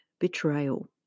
Betrayal